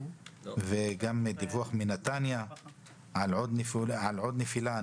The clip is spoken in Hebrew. וגם דיווח מנתניה על עוד נפילה.